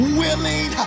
willing